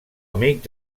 amic